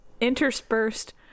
interspersed